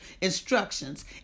instructions